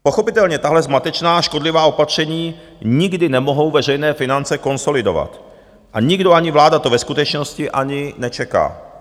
Pochopitelně tahle zmatečná a škodlivá opatření nikdy nemohou veřejné finance konsolidovat a nikdo, ani vláda, to ve skutečnosti ani nečeká.